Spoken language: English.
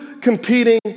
competing